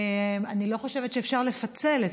אני לא חושבת שניתן לפצל.